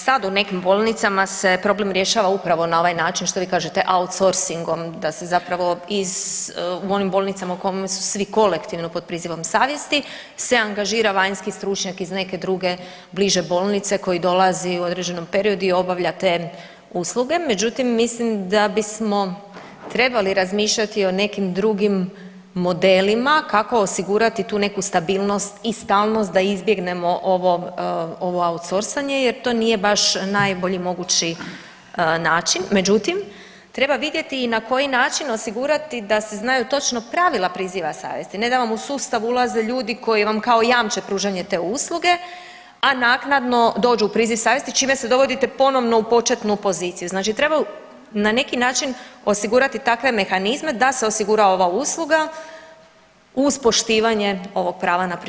Sad u nekim bolnicama se problem rješava upravo na ovaj način što vi kažete outsorsingom da se zapravo iz, u onim bolnicama u kome su svi kolektivno pod prizivom savjesti se angažira vanjski stručnjak iz neke druge bliže bolnice koji dolazi u određenom periodu i obavlja te usluge, međutim mislim da bismo trebali razmišljati o nekim drugim modelima kako osigurati tu neku stabilnosti i stalnost da izbjegnemo ovo, ovo outsorsanje jer to nije baš najbolji mogući način, međutim treba vidjeti i na koji način osigurati da se znaju točno pravila priziva savjesti, a ne da vam u sustav ulaze ljudi koji vam kao jamče pružanje te usluge, a naknadno dođu u priziv savjesti čime se dovodite ponovno u početnu poziciju, znači treba na neki način osigurati takve mehanizme da se osigura ova usluga uz poštivanje ovog prava na priziv savjesti.